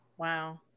Wow